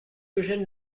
eugène